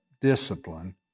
discipline